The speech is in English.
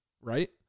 right